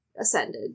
ascended